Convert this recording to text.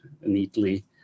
neatly